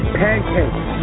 pancakes